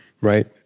Right